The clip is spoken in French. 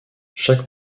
chaque